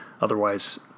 otherwise